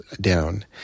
down